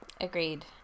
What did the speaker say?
Agreed